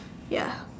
ya